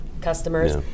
customers